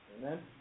Amen